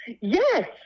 yes